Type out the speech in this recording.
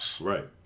Right